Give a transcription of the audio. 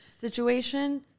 situation